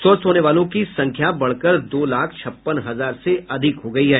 स्वस्थ होने वालों की संख्या बढ़कर दो लाख छप्पन हजार से अधिक हो गयी है